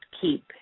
keep